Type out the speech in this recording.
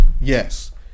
yes